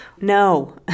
No